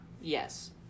Yes